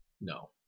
No